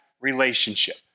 relationship